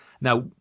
Now